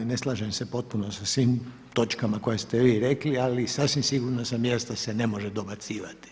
Ne slažem se potpuno sa svim točkama koje ste vi rekli, ali sasvim sigurno sa mjesta se ne može dobacivati.